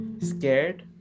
scared